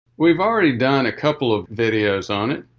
we've already done a couple of videos on it.